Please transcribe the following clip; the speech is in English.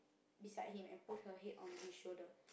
beside him and put her head on his shoulder